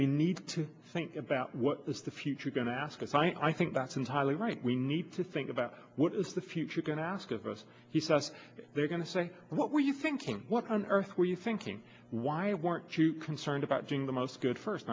we need to think about what is the future going to ask if i think that's entirely right we need to think about what is the future going to ask of us he says they're going to say what were you thinking what on earth were you thinking why weren't too concerned about doing the most good first